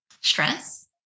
stress